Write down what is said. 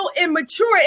immature